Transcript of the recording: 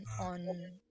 on